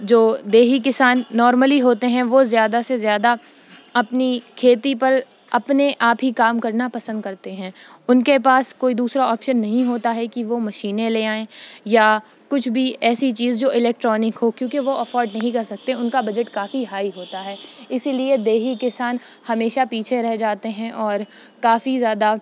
جو دیہی کسان نارملی ہوتے ہیں وہ زیادہ سے زیادہ اپنی کھیتی پر اپنے آپ ہی کام کرنا پسند کرتے ہیں ان کے پاس کوئی دوسرا آپشن نہیں ہوتا ہے کہ وہ مشینیں لے آئیں یا کچھ بھی ایسی چیز جو الیکٹرانک ہو کیونکہ وہ افورڈ نہیں کر سکتے ان کا بجٹ کافی ہائی ہوتا ہے اسی لیے دیہی کسان ہمیشہ پیچھے رہ جاتے ہیں اور کافی زیادہ